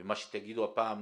ומה שתגידו הפעם,